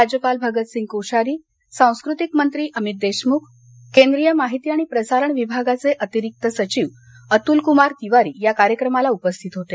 राज्यपाल भगतसिंग कोश्यारी सांस्कृतिक मंत्री अमित देशमूख केंद्रीय माहिती आणि प्रसारण विभागाचे अतिरिक्त सचिव अतुल कुमार तिवारी या कार्यक्रमाला उपस्थित होते